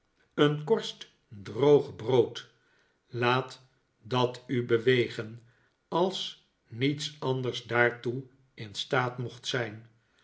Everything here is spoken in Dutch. een korst droog brood laat dat u bewegen als niets anders daartoe in staat mocht zijn